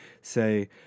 say